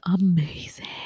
amazing